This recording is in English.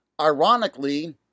ironically